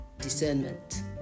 Discernment